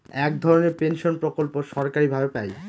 এক ধরনের পেনশন প্রকল্প সরকারি ভাবে পাই